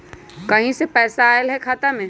कहीं से पैसा आएल हैं खाता में?